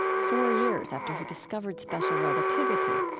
four years after he discovered special relativity,